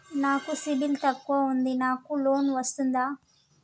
నాకు సిబిల్ తక్కువ ఉంది నాకు లోన్ వస్తుందా?